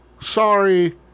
sorry